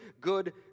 good